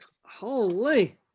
holy